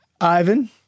Ivan